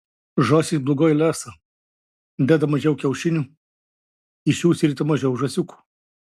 žąsys blogai lesa deda mažiau kiaušinių iš jų išsirita mažiau žąsiukų